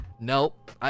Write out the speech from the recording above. nope